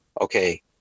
okay